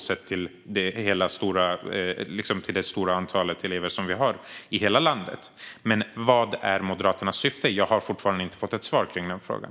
De är väldigt få, sett till det antal elever som vi har i hela landet. Vad är Moderaternas syfte? Jag har fortfarande inte fått svar på frågan.